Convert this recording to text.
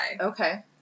Okay